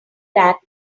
that